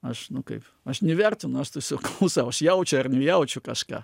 aš nu kaip aš nevertinu aš tiesiog klausau aš jaučiu ar nejaučiu kažką